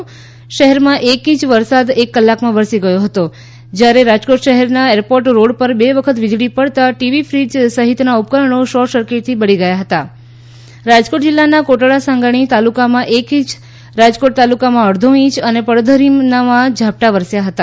રાજકોટ શહેરમાં એક ઇંચ વરસાદ એક કલાકમાં વરસી ગયો હતો જ્યારે શહેરમાં એરપોર્ટ રોડ પર બે વખત વીજળી પડતાં ટીવી ફઈજ જેવા ઉપકરણો શોર્ટ સર્કિટથી બળી ગયા હતા રાજકોટ જિલ્લાના કોટડાસાંગાણી તાલુકામાં એક ઇંચ રાજકોટ તાલુકામાં અડધો ઇંચ અને પડધરીમાં ઝાપટા વરસ્યા હતા